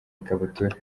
ikabutura